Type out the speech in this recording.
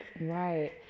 Right